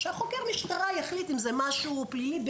שחוקר המשטרה יחליט אם זה משהו פלילי.